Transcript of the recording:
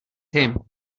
him